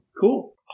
Cool